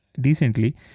decently